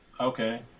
Okay